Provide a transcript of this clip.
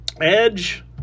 Edge